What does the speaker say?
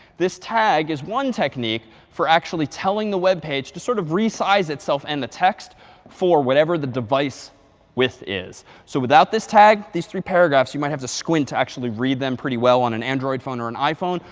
this tag is one technique for actually telling the web page to sort of resize itself and the text for whatever the device with is. so without this tag, these three paragraphs you might have to squint to actually read them pretty well on an android phone or an iphone.